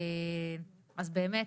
אז באמת,